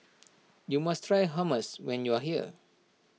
you must try Hummus when you are here